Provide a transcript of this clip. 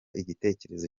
igitekerezo